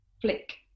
flick